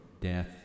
death